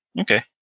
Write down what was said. Okay